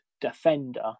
defender